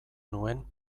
nuen